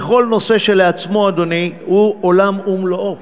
וכל נושא כשלעצמו הוא עולם ומלואו